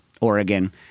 Oregon